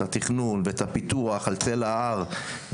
אלה עובדות שאני מכיר לצערי הרב מהרבה מתקנים בארץ.